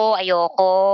ayoko